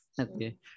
Okay